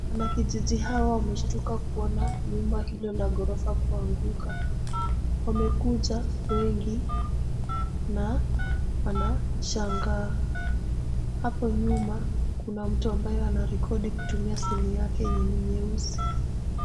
Wanakijiji hawa wameshtuka kuona nyumba hilo la ghorofa kuanguka. Wamekuja wengi na wanashangaa. Hapo nyuma kuna mtu ambaye anarekodi kutumia simu yake yenye ni nyeusi.